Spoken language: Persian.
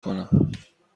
کنم